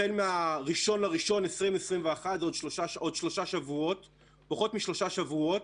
החל מ-1 בינואר 2021, עוד פחות משלושה שבועות,